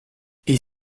est